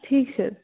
ٹھیٖک چھِ حظ